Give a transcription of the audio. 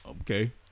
Okay